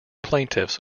plaintiffs